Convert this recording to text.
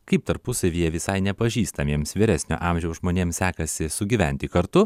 kaip tarpusavyje visai nepažįstamiems vyresnio amžiaus žmonėms sekasi sugyventi kartu